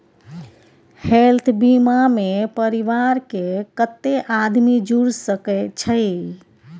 Health बीमा मे परिवार के कत्ते आदमी जुर सके छै?